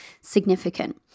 significant